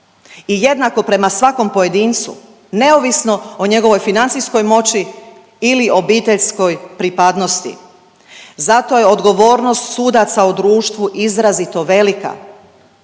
i jednako prema svakom pojedincu, neovisno o njegovoj financijskoj moći ili obiteljskoj pripadnosti. Zato je odgovornost sudaca u društvu izrazito velika